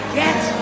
get